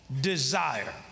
desire